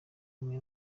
imwe